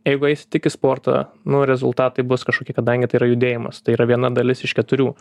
jeigu eisi tik į sportą nu rezultatai bus kažkokie kadangi tai yra judėjimas tai yra viena dalis iš keturių